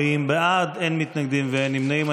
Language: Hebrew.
40 בעד, אין מתנגדים ואין נמנעים.